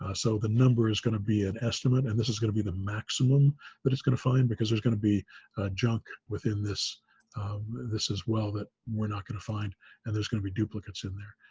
ah so, the number is going to be an estimate and this is going to be the maximum that it's going to find because there's going to be junk within this and this as well that we're not going to find and there's going to be duplicates in there.